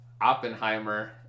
Oppenheimer